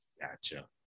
Gotcha